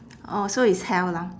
orh so it's health lah